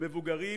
מבוגרים.